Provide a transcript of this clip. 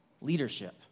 leadership